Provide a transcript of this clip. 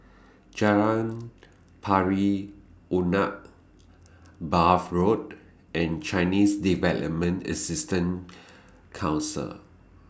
Jalan Pari Unak Bath Road and Chinese Development Assistance Council